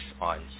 on